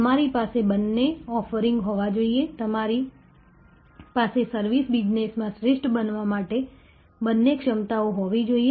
અમારી પાસે બંને ઓફરિંગ હોવા જોઈએ તમારી પાસે સર્વિસ બિઝનેસમાં શ્રેષ્ઠ બનવા માટે બંને ક્ષમતાઓ હોવી જોઈએ